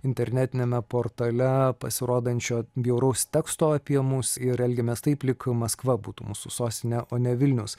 internetiniame portale pasirodančio bjauraus teksto apie mus ir elgiamės taip lyg maskva būtų mūsų sostinė o ne vilnius